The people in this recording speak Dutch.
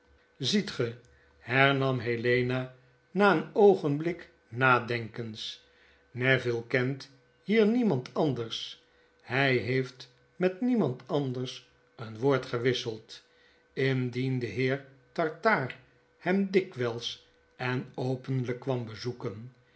ziet ge hernam helena na een oogenblik nadenkens neville kent hier niemand anders hy heeft met niemand anders een woord gewisseld indien de heer tartaar hem dikwyls en openlijk kwam bezoeken